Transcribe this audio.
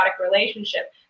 relationship